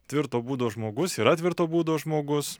tvirto būdo žmogus yra tvirto būdo žmogus